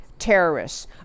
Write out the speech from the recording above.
terrorists